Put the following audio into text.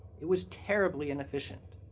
it was terribly inefficient.